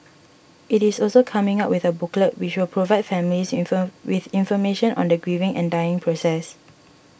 it is also coming up with a booklet which will provide families inform with information on the grieving and dying process